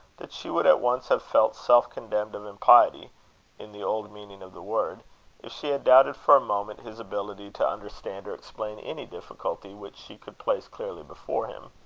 that she would at once have felt self-condemned of impiety in the old meaning of the word if she had doubted for a moment his ability to understand or explain any difficulty which she could place clearly before him.